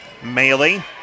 Mailey